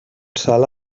sala